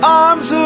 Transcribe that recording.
arms